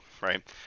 right